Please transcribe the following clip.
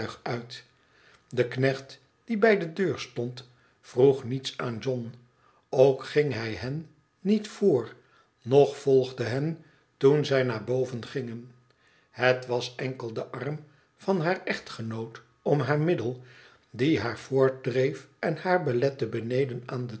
de knecht die bij de deur stond vroeg niets aan john ook ging hij hen niet voor noch volgde hen toen zij naar boven gingen het was enkel de arm van haar echtgenoot om haar middel die haar voortdreef en haar belette beneden aan de